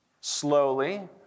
slowly